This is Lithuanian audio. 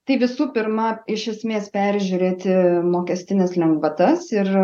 tai visų pirma iš esmės peržiūrėti mokestines lengvatas ir